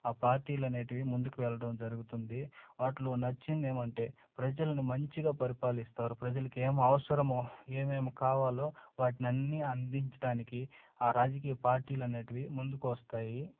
ఆ పార్టీలు అనేవి ముందుకు వెళ్ళడం జరుగుతుంది వాటిలో నచ్చింది ఏమంటే ప్రజల్ని మంచిగా పరిపాలిస్తారు ప్రజలకు ఏమి అవసరమో ఏమేం కావాలో వాటినన్నీ అందించటానికి ఆ రాజకీయ పార్టీలు అనేవి ముందుకు వస్తాయి